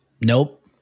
Nope